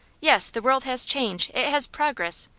yes the world has change. it has progress.